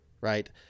right